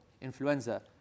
influenza